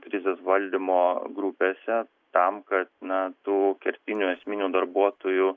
krizės valdymo grupėse tam kad na tų kertinių esminių darbuotojų